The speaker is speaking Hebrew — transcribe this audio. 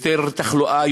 יותר תחלואה,